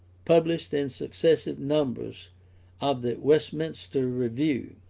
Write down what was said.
published in successive numbers of the westminster review,